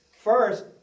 First